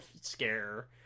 scare